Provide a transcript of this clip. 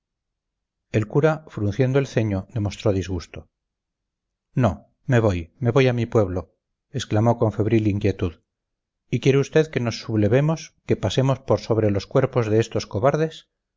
el cura frunciendo el ceño demostró disgusto no me voy me voy a mi pueblo exclamó con febril inquietud y quiere usted que nos sublevemos que pasemos por sobre los cuerpos de estos cobardes